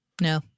No